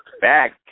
back